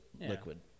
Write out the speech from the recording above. liquid